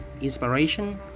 inspiration